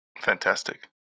Fantastic